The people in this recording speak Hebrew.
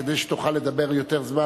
כדי שתוכל לדבר יותר זמן,